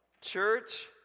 church